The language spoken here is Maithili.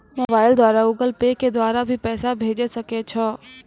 मोबाइल द्वारा गूगल पे के द्वारा भी पैसा भेजै सकै छौ?